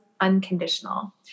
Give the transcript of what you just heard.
unconditional